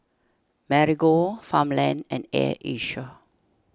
Marigold Farmland and Air Asia